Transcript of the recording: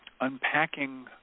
unpacking